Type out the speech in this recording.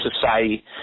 society